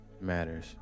matters